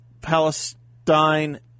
Palestine